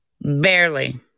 Barely